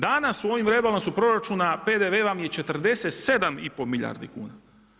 Danas u ovom rebalansu proračuna PDV vam je 47 i pol milijardi kuna.